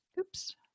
Oops